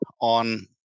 on